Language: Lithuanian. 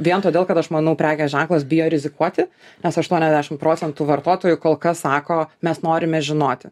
vien todėl kad aš manau prekės ženklas bijo rizikuoti nes aštuoniasdešim procentų vartotojų kol kas sako mes norime žinoti